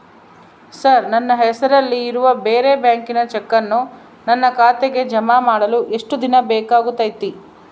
Sir ನನ್ನ ಹೆಸರಲ್ಲಿ ಇರುವ ಬೇರೆ ಬ್ಯಾಂಕಿನ ಚೆಕ್ಕನ್ನು ನನ್ನ ಖಾತೆಗೆ ಜಮಾ ಮಾಡಲು ಎಷ್ಟು ದಿನ ಬೇಕಾಗುತೈತಿ?